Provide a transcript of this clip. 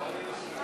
להעביר